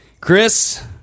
Chris